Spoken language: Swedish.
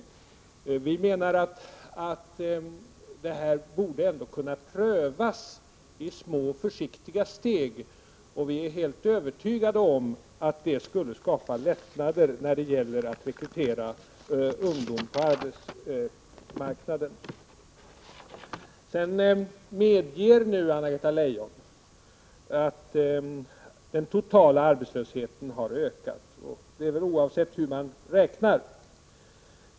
Vi menar att det här ändå borde kunna prövas i små, försiktiga steg, och vi är helt övertygade om att det skulle skapa lättnader när det gäller att rekrytera ungdom på arbetsmarknaden. Anna-Greta Leijon medger nu att den totala arbetslösheten har ökat, och så är det väl oavsett hur man räknar.